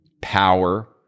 power